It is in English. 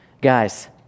Guys